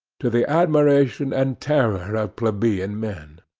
to the admiration and terror of plebeian men.